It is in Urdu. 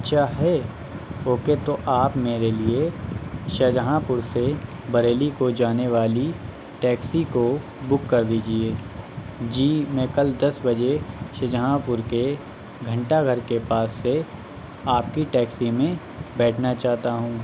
اچھا ہے تو پھر تو آپ میرے لیے شاہ جہاں پور سے بریلی کو جانے والی ٹیکسی کو بک کر دیجیے جی میں کل دس بجے شاہ جہاں پور کے گھنٹہ گھر کے پاس سے آپ کی ٹیکسی میں بیٹھنا چاہتا ہوں